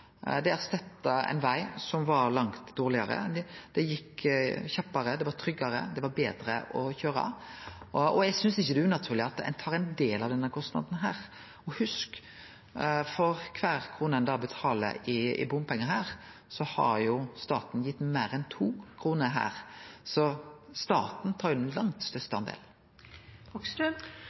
ein veg som var langt dårlegare – det gjekk kjappare, det var tryggare, det var betre å køyre. Eg synest ikkje det er unaturleg at dei tar ein del av denne kostnaden. Og husk: For kvar krone ein betaler i bompengar her, har staten gitt meir enn to kroner. Så staten tar jo den langt største